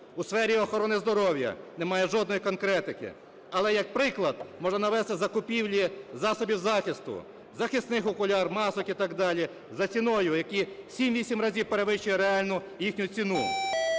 У сфері охорони здоров'я немає жодної конкретики. Але як приклад можу навести закупівлі засобів захисту (захисних окулярів, масок і так далі) за ціною, яка в 7-8 разів перевищує реальну їхню ціну.